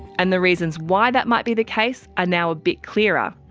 and the reasons why that might be the case are now a bit clearer,